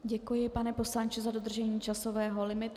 Děkuji, pane poslanče, za dodržení časového limitu.